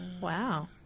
Wow